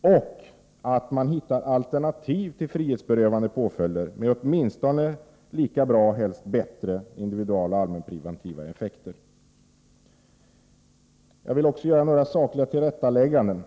och att man hittar alternativ till frihetsberövande påföljder med åtminstone lika bra — helst bättre — individualoch allmänpreventiva effekter. Jag vill också göra några sakliga tillrättalägganden.